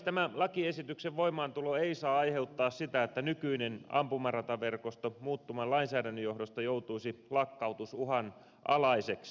tämän lakiesityksen voimaantulo ei saa aiheuttaa sitä että nykyinen ampumarataverkosto muuttuvan lainsäädännön johdosta joutuisi lakkautusuhan alaiseksi